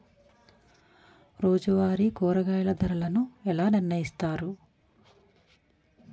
రోజువారి కూరగాయల ధరలను ఎలా నిర్ణయిస్తారు?